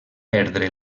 perdre